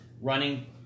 running